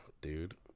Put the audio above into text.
dude